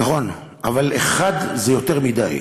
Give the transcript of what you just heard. נכון, אבל אחד זה יותר מדי.